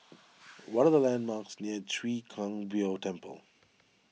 what are the landmarks near Chwee Kang Beo Temple